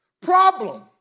Problem